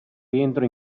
rientro